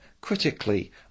critically